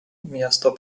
miesto